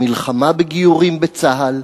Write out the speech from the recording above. המלחמה בגיורים בצה"ל,